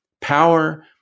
power